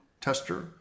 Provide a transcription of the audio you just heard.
tester